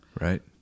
Right